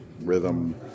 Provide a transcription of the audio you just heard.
rhythm